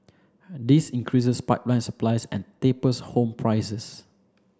this increases pipeline supply and tapers home prices